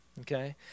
okay